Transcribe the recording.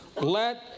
Let